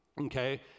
okay